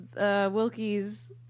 Wilkie's